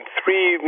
three